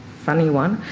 funny one.